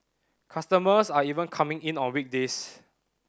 customers are even coming in on weekdays